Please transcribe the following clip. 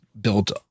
built